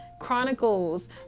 Chronicles